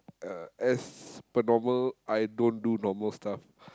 uh as per normal I don't do normal stuff